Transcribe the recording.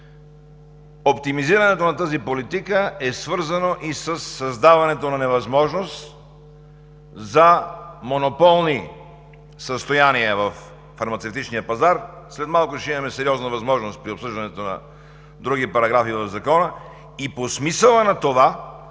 Оптимизирането на тази политика е свързано и със създаването на невъзможност за монополни състояния във фармацевтичния пазар. След малко ще имаме сериозна възможност – при обсъждането на други параграфи в Закона, и по смисъла на това